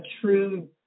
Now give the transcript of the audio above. true